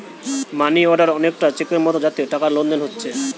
মানি order অনেকটা চেকের মতো যাতে টাকার লেনদেন হোচ্ছে